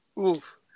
Oof